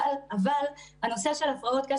אבל הנושא של הפרעות קשב,